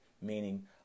meaning